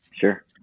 Sure